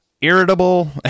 irritable